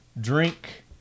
drink